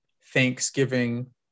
Thanksgiving